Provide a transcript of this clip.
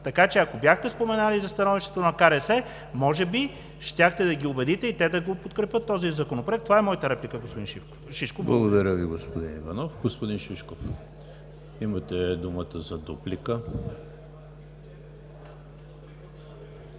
Така че ако бяхте споменали за становището на КРС, може би щяхте да ги убедите и те да подкрепят този законопроект. Това е моята реплика, господин Шишков. ПРЕДСЕДАТЕЛ ЕМИЛ ХРИСТОВ: Благодаря Ви, господин Иванов. Господин Шишков, имате думата за дуплика.